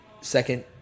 second